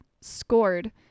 scored